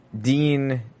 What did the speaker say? Dean